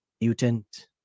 mutant